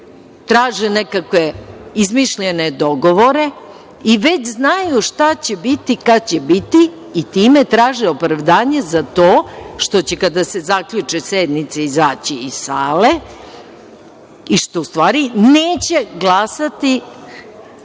traže nekakve izmišljene dogovore i već znaju šta će biti, kad će biti, i time traže opravdanje za to što će kada se zaključi sednica izaći iz sale i što u stvari neće glasati za